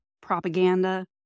propaganda